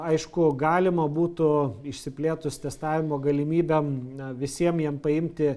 aišku galima būtų išsiplėtus testavimo galimybę na visiem jiem paimti